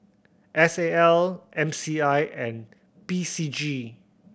S A L M C I and P C G